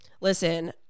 Listen